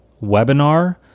webinar